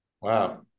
Wow